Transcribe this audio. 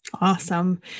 Awesome